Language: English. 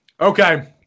Okay